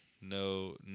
no